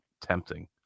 tempting